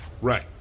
Right